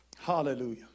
Hallelujah